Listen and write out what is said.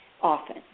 often